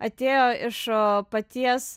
atėjo iš paties